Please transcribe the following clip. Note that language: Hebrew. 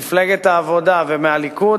מפלגת העבודה והליכוד,